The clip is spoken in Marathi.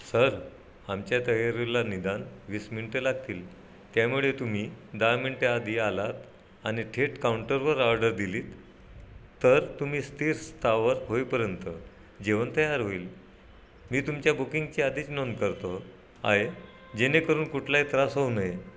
सर आमच्या तयारीला निदान वीस मिनटं लागतील त्यामुळे तुम्ही दहा मिनटे आधी आलात आणि थेट काउंटरवर ऑर्डर दिलीत तर तुम्ही स्थिरस्थावर होईपर्यंत जेवण तयार होईल मी तुमच्या बुकिंगची आधीच नोंद करतो आहे जेणेकरून कुठलाही त्रास होऊ नये